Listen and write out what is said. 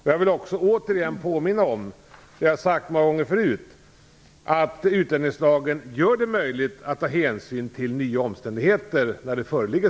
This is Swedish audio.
Vidare vill jag åter igen påminna om vad jag har sagt många gånger tidigare, nämligen att utlänningslagen gör det möjligt att ta hänsyn till nya omständigheter när sådana föreligger.